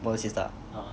older sister ah